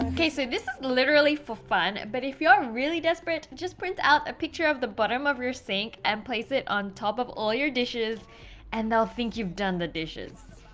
case it is literally for fun but if you're really desperate just print out a picture of the bottom of your sink and place it on top of all your dishes and they'll think you've done the dishes